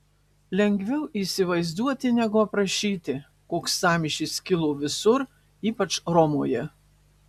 lengviau įsivaizduoti negu aprašyti koks sąmyšis kilo visur ypač romoje